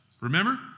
Remember